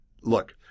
look